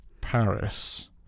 Paris